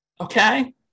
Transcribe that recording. okay